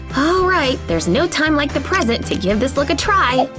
alright, there's no time like the present to give this look a try.